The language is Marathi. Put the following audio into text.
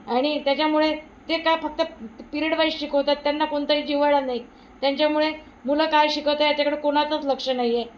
आणि त्याच्यामुळे ते काय फक्त पिरिडवाईज शिकवतात त्यांना कोणतंही जिव्हाळा नाही त्यांच्यामुळे मुलं काय शिकवत आहे याच्याकडं कोणाचंच लक्ष नाही आहे